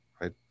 right